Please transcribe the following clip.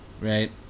right